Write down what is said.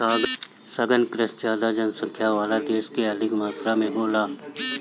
सघन कृषि ज्यादा जनसंख्या वाला देश में अधिक मात्रा में होला